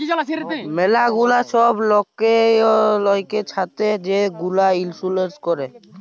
ম্যালা গুলা ছব লয়কের ছাথে যে গুলা ইলসুরেল্স ক্যরে